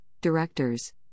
directors